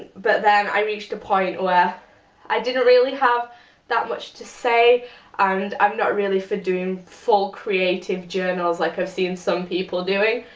but then i reached a point where i didn't really have that much to say and i'm not really for doing full creative journals like i've seen some people doing.